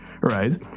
right